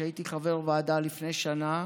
כשהייתי חבר ועדה לפני שנה,